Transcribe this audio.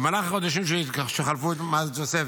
במהלך החודשים שחלפו מאז התווסף